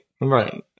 Right